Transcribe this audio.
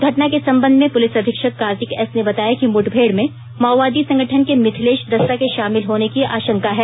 घटना के संबंध में पुलिस अधीक्षक कार्तिक एस ने बताया कि मुठभेड़ में माओवादी संगठन के मिथलेश दस्ता के शामिल होने की आशंका है